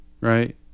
right